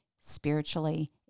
spiritually